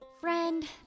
Friend